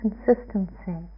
Consistency